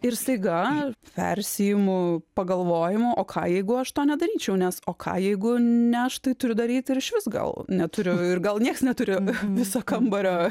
ir staiga persiimu pagalvojimu o ką jeigu aš to nedaryčiau nes o ką jeigu ne aš tai turiu daryt ir išvis gal neturiu ir gal nieks neturi viso kambario